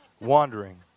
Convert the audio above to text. Wandering